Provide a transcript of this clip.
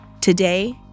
Today